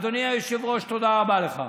אדוני היושב-ראש, תודה רבה לך.